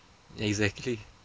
exactly